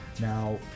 Now